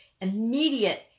Immediate